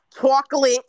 Chocolate